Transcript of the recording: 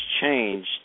changed